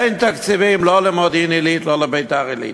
אין תקציבים לא למודיעין-עילית, לא לביתר-עילית.